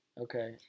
Okay